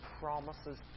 promises